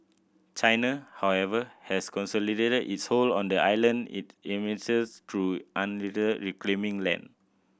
China however has consolidated its hold on the island it administers through unilaterally reclaiming land